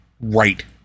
right